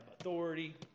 authority